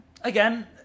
Again